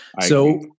So-